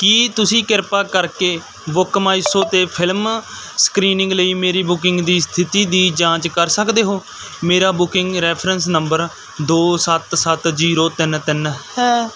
ਕੀ ਤੁਸੀਂ ਕਿਰਪਾ ਕਰਕੇ ਬੁੱਕ ਮਾਈ ਸ਼ੋ 'ਤੇ ਫ਼ਿਲਮ ਸਕ੍ਰੀਨਿੰਗ ਲਈ ਮੇਰੀ ਬੁਕਿੰਗ ਦੀ ਸਥਿਤੀ ਦੀ ਜਾਂਚ ਕਰ ਸਕਦੇ ਹੋ ਮੇਰਾ ਬੁਕਿੰਗ ਰੈਫਰੈਂਸ ਨੰਬਰ ਦੋ ਸੱਤ ਸੱਤ ਜੀਰੋ ਤਿੰਨ ਤਿੰਨ ਹੈ